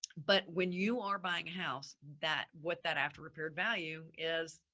but when you are buying house that what that after repaired value is,